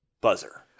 Buzzer